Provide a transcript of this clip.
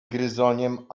gryzoniem